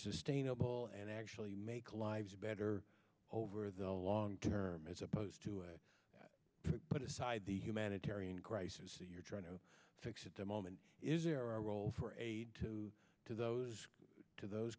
sustainable and actually make lives better over the long term as opposed to put aside the humanitarian crisis that you're trying to fix at the moment is there a role for aid to those to those